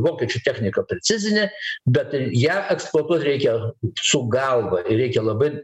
vokiečių technika precizinė bet ir ją eksportuot reikia su galva reikia labai